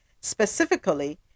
Specifically